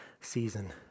season